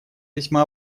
весьма